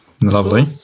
Lovely